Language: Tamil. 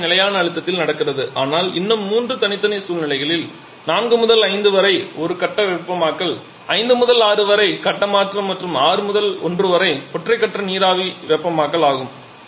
எல்லாமே நிலையான அழுத்தத்தில் நடக்கிறது ஆனால் இன்னும் மூன்று தனித்தனி சூழ்நிலைகள் 4 முதல் 5 வரை ஒரு கட்ட வெப்பமாக்கல் 5 முதல் 6 வரை கட்ட மாற்றம் மற்றும் 6 முதல் 1 வரை ஒற்றை கட்ட நீராவி வெப்பமாக்கல் ஆகும்